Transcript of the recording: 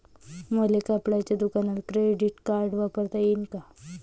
मले कपड्याच्या दुकानात क्रेडिट कार्ड वापरता येईन का?